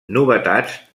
novetats